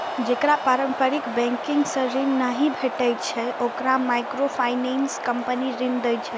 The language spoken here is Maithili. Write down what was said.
जेकरा पारंपरिक बैंकिंग सं ऋण नहि भेटै छै, ओकरा माइक्रोफाइनेंस कंपनी ऋण दै छै